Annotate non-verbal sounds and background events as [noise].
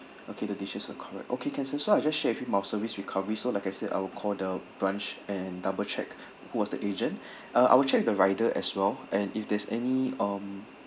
okay the dishes are correct okay can sir so I'll just share with him mild service recovery so like I said I'll call the branch and double check who was the agent [breath] uh I will check with the rider as well and if there's any um